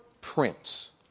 Prince